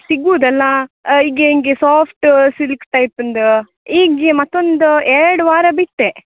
ಸಿಗ್ಬೋದಲ್ಲಾ ಈಗ್ ಹಿಂಗೆ soft silk ಟೈಪಿಂದು ಈಗ ಮತ್ತೊಂದು ಎರಡು ವಾರ ಬಿಟ್ಟು